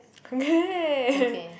okay